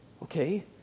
Okay